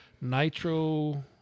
nitro